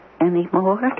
anymore